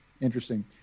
Interesting